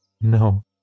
No